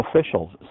officials